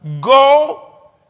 Go